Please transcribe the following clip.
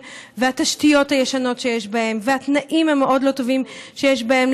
והתשתיות הישנות שיש בהם והתנאים המאוד-לא-טובים שיש בהם,